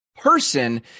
person